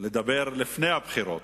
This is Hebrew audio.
לדבר לפני הבחירות.